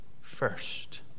first